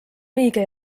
õige